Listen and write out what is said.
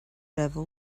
level